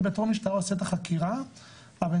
אני בתור משטרה עושה את החקירה אבל אני